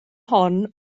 hon